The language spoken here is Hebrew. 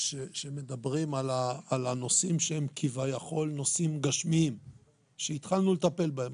שמדברים על הנושאים שהם כביכול נושאים גשמיים ושהתחלנו לטפל בהם.